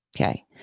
Okay